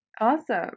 Awesome